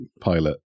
pilot